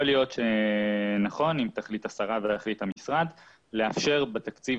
יכול להיות שתחליט השרה ויחליט המשרד לאפשר בתקציב